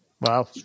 wow